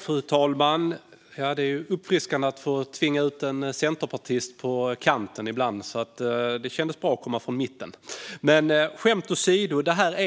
Fru talman! Detta är,